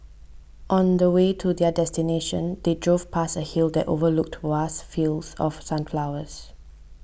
on the way to their destination they drove past a hill that overlooked vast fields of sunflowers